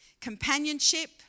companionship